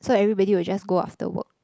so everybody will just go after work